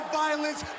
violence